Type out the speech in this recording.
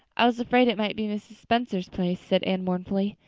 i was afraid it might be mrs. spencer's place, said anne mournfully.